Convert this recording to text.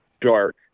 dark